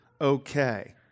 Okay